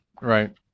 Right